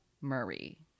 Murray